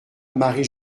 marie